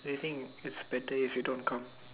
they think it's better if you don't come